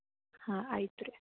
ಹಾಂ ಆಯ್ತು ರೀ